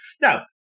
Now